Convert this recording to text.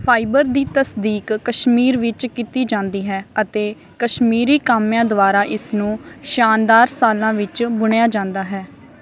fibre ਦੀ ਤਸਕਰੀ ਕਸ਼ਮੀਰ ਵਿੱਚ ਕੀਤੀ ਜਾਂਦੀ ਹੈ ਅਤੇ ਕਸ਼ਮੀਰੀ ਕਾਮਿਆਂ ਦੁਆਰਾ ਇਸ ਨੂੰ ਸ਼ਾਨਦਾਰ ਸ਼ਾਲਾਂ ਵਿੱਚ ਬੁਣਿਆ ਜਾਂਦਾ ਹੈ